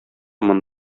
моны